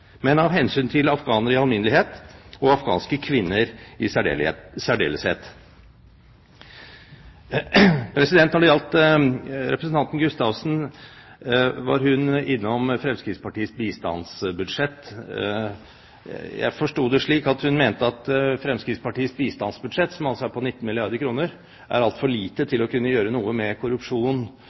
men av hensyn til afghanere i alminnelighet og afghanske kvinner i særdeleshet. Representanten Gustavsen var innom Fremskrittspartiets bistandsbudsjett. Jeg forsto det slik at hun mente at Fremskrittspartiets bistandsbudsjett, som altså er på 19 milliarder kr, er altfor lite til å kunne gjøre noe med